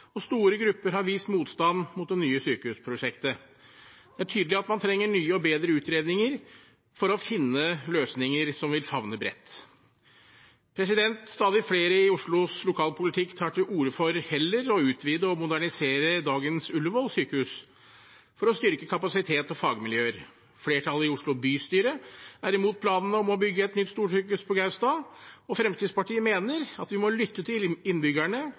og store grupper har vist motstand mot det nye sykehusprosjektet. Det er tydelig at man trenger nye og bedre utredninger for å finne løsninger som vil favne bredt. Stadig flere i Oslos lokalpolitikk tar til orde for heller å utvide og modernisere dagens Ullevål sykehus for å styrke kapasitet og fagmiljøer. Flertallet i Oslo bystyre er imot planene om å bygge et nytt storsykehus på Gaustad. Fremskrittspartiet mener at vi må lytte til innbyggerne